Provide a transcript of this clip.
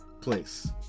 place